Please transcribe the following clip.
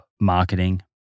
marketing